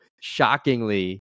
shockingly